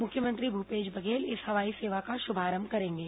मुख्यमंत्री भूपेश बघेल इस हवाई सेवा का शुभारंभ करेंगे